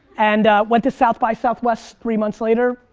and went to south by southwest three months later,